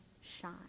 shine